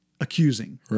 accusing